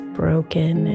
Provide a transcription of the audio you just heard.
broken